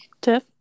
Tiff